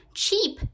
cheap